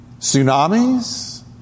tsunamis